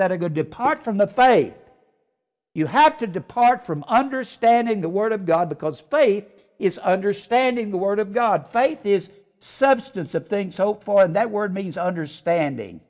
that are good depart from the faith you have to depart from understanding the word of god because faith is understanding the word of god faith is substance of things hoped for and that word means understanding